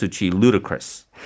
ludicrous